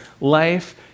life